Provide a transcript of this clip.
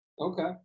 Okay